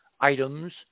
items